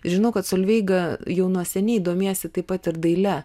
žinau kad solveiga jau nuo seniai domiesi taip pat ir daile